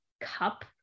cup